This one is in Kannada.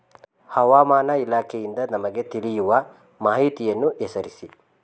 ಹವಾಮಾನ ಇಲಾಖೆಯಿಂದ ನಮಗೆ ತಿಳಿಯುವ ಮಾಹಿತಿಗಳನ್ನು ಹೆಸರಿಸಿ?